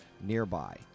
nearby